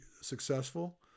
successful